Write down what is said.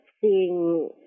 seeing